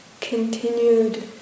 continued